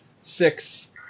six